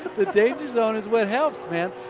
the danger zone is what helps man.